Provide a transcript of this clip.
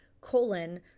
colon